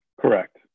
Correct